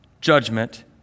judgment